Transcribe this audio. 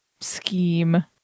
scheme